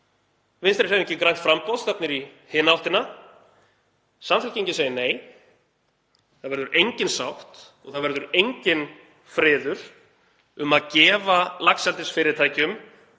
Vinstrihreyfingin – grænt framboð stefnir í hina áttina. Samfylkingin segir: Nei. Það verður engin sátt og það verður enginn friður um að gefa laxeldisfyrirtækjum